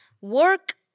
Work